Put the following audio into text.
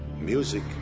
Music